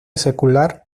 secular